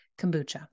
kombucha